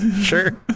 Sure